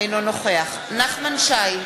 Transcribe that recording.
אינו נוכח נחמן שי,